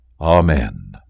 Amen